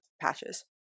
patches